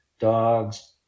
dogs